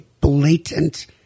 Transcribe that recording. blatant